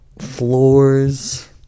floors